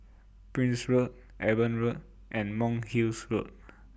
Prince Road Eben Road and Monk's Hill Road